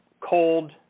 cold